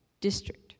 district